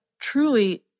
truly